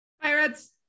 pirates